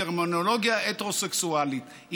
טרמינולוגיה הטרוסקסואלית.